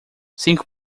cinco